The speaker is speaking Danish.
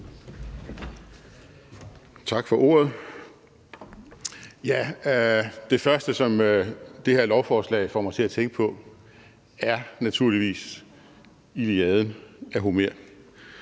Tak for ordet. Det første, som det her lovforslag får mig til at tænke på, er naturligvis Iliaden af Homer,